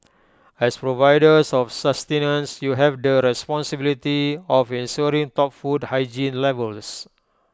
as providers of sustenance you have the responsibility of ensuring top food hygiene levels